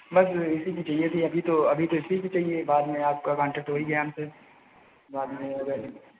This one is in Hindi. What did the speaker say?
बस इसी कि चाहिए थी अभी तो अभी तो इसी कि चाहिए बाद में आप का कॉन्टेक्ट हो ही गया हमसे बाद में अगर